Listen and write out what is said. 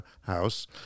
House